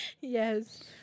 Yes